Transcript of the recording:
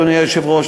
אדוני היושב-ראש,